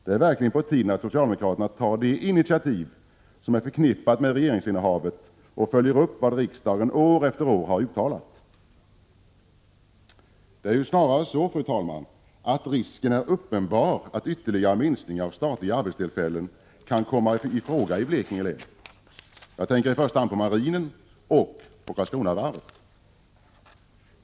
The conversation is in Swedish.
Det är verkligen på tiden att socialdemokraterna tar det initiativ som är förknippat med regeringsinnehavet och följer upp vad riksdagen år efter år har uttalat. Det är snarare så, fru talman, att risken är uppenbar att ytterligare minskningar av statliga arbetstillfällen kan komma i fråga i Blekinge län. Jag tänker i första hand på marinen och Karlskronavarvet.